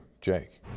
Jake